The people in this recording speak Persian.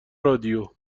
رادیو